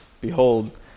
Behold